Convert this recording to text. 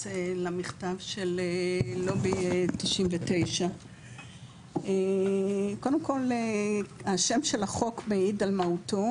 למכתב של לובי 99. קודם כל השם של החוק מעיד על מהותו,